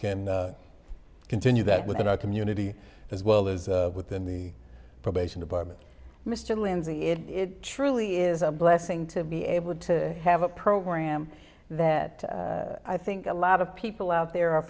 can continue that within our community as well as within the probation department mr lindsay it truly is a blessing to be able to have a program that i think a lot of people out there are